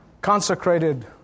Consecrated